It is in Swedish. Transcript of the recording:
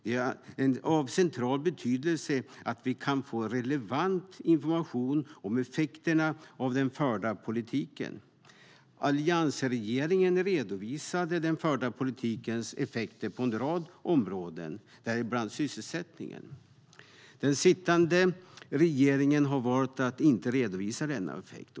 Det är av central betydelse att vi kan få relevant information om effekterna av den förda politiken. Den sittande regeringen har valt att inte redovisa denna effekt.